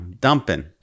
dumping